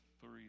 three